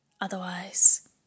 Otherwise